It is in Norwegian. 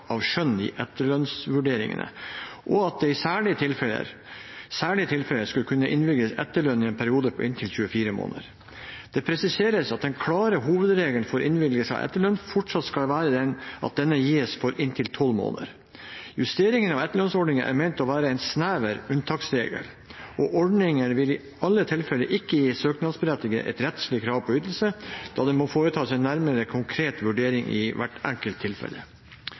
av skjønn i etterlønnsvurderingene og at det i særlige tilfeller skal kunne innvilges etterlønn i en periode på inntil 24 måneder. Det presiseres at den klare hovedregelen for innvilgelse av etterlønn fortsatt skal være at denne gis for inntil 12 måneder. Justeringen av etterlønnsordningen er ment å være en snever unntaksregel, og ordningen vil i alle tilfeller ikke gi de søknadsberettigede et rettslig krav på ytelsen, da det må foretas en nærmere, konkret vurdering i hvert enkelt tilfelle.